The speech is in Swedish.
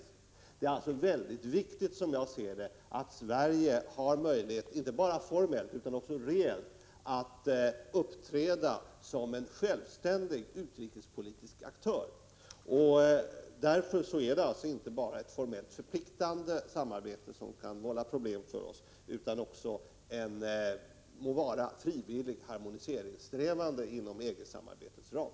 Det är alltså, som jag ser det, mycket viktigt att Sverige har möjlighet, inte bara formellt, utan också reellt, att uppträda som självständig utrikespolitisk aktör. Därför är det inte bara ett formellt förpliktande samarbete som kan vålla problem för oss utan också en frivillig harmoniseringssträvan inom EG-samarbetets ram.